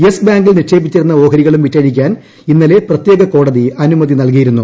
yes ബാങ്കിൽ നിക്ഷേപിച്ചിരുന്ന ഓഹരികളും വിറ്റഴിക്കാൻ ഇന്നലെ പ്രത്യേക കോടതി അനുമതി നൽക്ടിയിരുന്നു